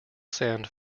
sand